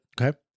Okay